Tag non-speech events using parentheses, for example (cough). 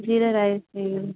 जीरा राइस (unintelligible)